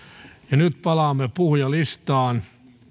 ja nyt palaamme puhujalistaan